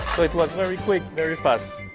it was very quick very fast.